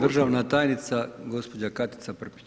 Državna tajnica gospođa Katica Prpić.